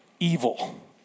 evil